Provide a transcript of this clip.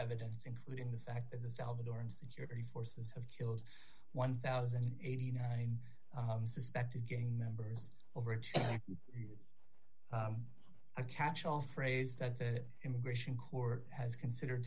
evidence including the fact that the salvadoran security forces have killed one thousand and eighty nine suspected gang members over a catchall phrase that the immigration court has considered